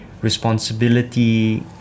responsibility